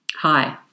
Hi